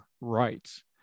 rights